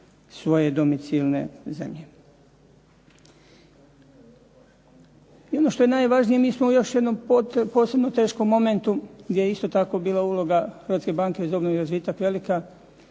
svoje domicilne zemlje. I ono što je najvažnije mi smo još jednom u posebno teškom momentu gdje je isto tako bila uloga Hrvatske banke za obnovu i razvitak velika,